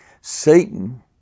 Satan